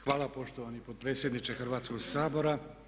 Hvala poštovani potpredsjedniče Hrvatskoga sabora.